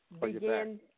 begin